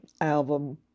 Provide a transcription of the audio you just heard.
album